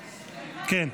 כן.